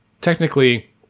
Technically